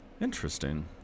Interesting